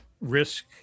Risk